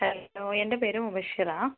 hello എന്റെ പേര് മുബഷിറ